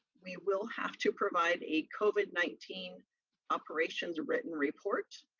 we will have to provide a covid nineteen operations written report,